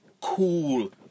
cool